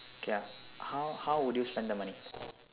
ya how how would you spend the money